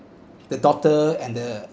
the doctor and the